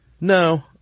No